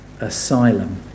asylum